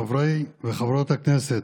חברי וחברות הכנסת,